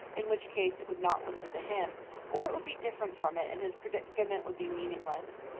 in which case it would not listen to him or it would be different from it, and his predicament would be meaningless.